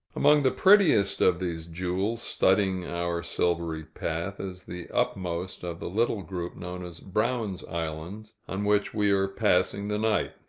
among the prettiest of these jewels studding our silvery path, is the upmost of the little group known as brown's islands, on which we are passing the night.